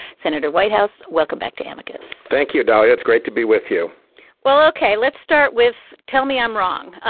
senator whitehouse welcome back to amicus thank you. dahlia it's great to be with you well ok let's start with. tell me i'm wrong.